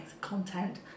content